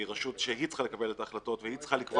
שהיא רשות שהיא צריכה לקבל את ההחלטות והיא צריכה לקבוע את הכללים.